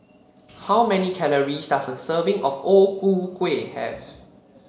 how many calories does a serving of O Ku Kueh have